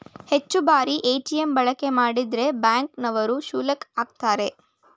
ಹೆಚ್ಚು ಬಾರಿ ಎ.ಟಿ.ಎಂ ಬಳಕೆ ಮಾಡಿದ್ರೆ ಬ್ಯಾಂಕ್ ನವರು ಶುಲ್ಕ ಆಕ್ತರೆ